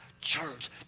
church